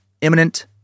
imminent